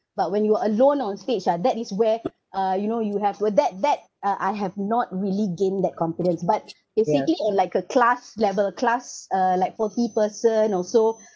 but when you are alone on stage ah that is where uh you know you have uh that that uh I have not really gain that confidence but basically uh like a class level class uh like forty person or so